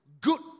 Good